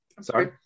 sorry